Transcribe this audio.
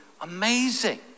amazing